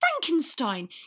Frankenstein